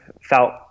felt